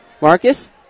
Marcus